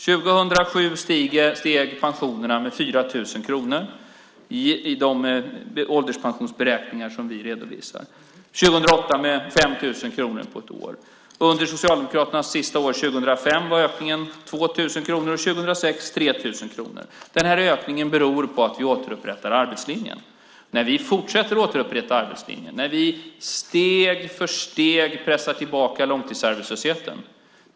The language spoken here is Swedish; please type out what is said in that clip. År 2007 steg pensionerna med 4 000 kronor i de ålderspensionsberäkningar som vi redovisar. År 2008 kommer de att stiga med 5 000 kronor på ett år. Under Socialdemokraternas sista år, år 2005, var ökningen 2 000 kronor, och år 2006 var den 3 000 kronor. Den här ökningen beror på att vi återupprättar arbetslinjen. Vi fortsätter att återupprätta arbetslinjen och pressar steg för steg tillbaka långtidsarbetslösheten.